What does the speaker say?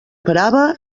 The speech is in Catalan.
brava